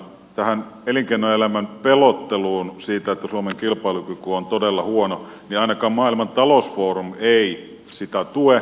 tätä elinkeinoelämän pelottelua siitä että suomen kilpailukyky on todella huono ainakaan maailman talousfoorumi ei tue